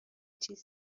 چیز